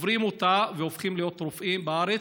עוברים אותה והופכים להיות רופאים בארץ,